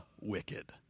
wicked